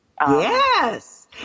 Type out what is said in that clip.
Yes